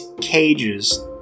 cages